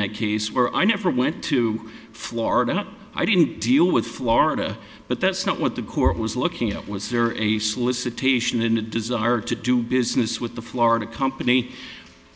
that case were i never went to florida i didn't deal with florida but that's not what the court was looking at was there a solicitation in the desire to do business with the florida company